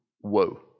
Whoa